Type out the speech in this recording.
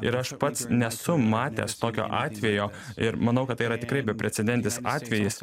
ir aš pats nesu matęs tokio atvejo ir manau kad tai yra tikrai beprecedentis atvejis